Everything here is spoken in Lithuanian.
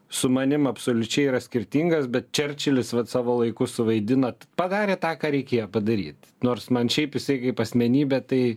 su manim absoliučiai yra skirtingas bet čerčilis vat savo laiku suvaidinot padarė tą ką reikėjo padaryt nors man šiaip jisai kaip asmenybė tai